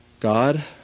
God